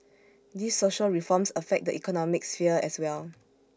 these social reforms affect the economic sphere as well